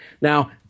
Now